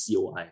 COI